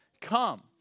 come